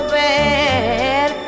bad